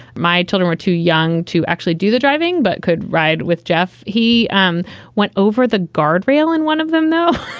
my children are too young to actually do the driving, but could ride with jeff. he um went over the guardrail and one of them, though.